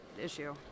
issue